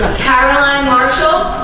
caroline marshall,